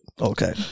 Okay